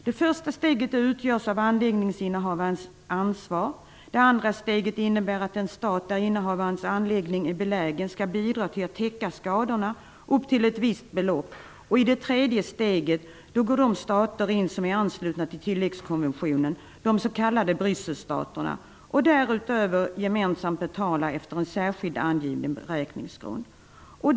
Det första steget utgörs av anläggningsinnehavarens ansvar. Det andra steget innebär att den stat där innehavarens anläggning är belägen skall bidra till att täcka skadorna upp till ett visst belopp. I det tredje steget skall de stater som är anslutna till tilläggskonventionen, de s.k. Brysselstaterna, därutöver gemensamt betala efter en särskilt angiven beräkningsgrund.